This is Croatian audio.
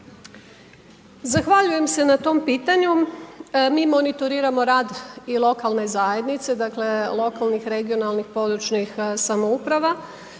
Zahvaljujem se na tom pitanju. Mi monitoriramo rad i lokalne zajednice, dakle lokalnih, regionalnih, područnih samouprava